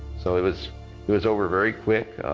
so it was it was over very quick,